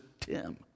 Tim